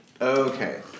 Okay